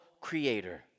creator